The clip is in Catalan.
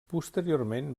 posteriorment